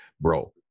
bro